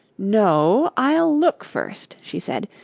no, i'll look first she said,